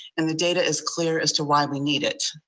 and the data is clear as to why we need it.